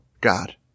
God